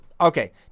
Okay